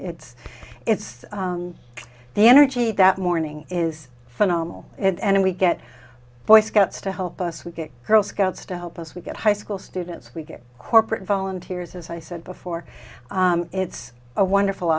it's it's the energy that morning is phenomenal and we get boy scouts to help us we get girl scouts to help us we get high school students we get corporate volunteers as i said before it's a wonderful